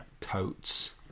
Coats